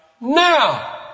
now